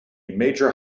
major